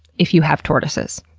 if you have tortoises.